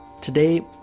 Today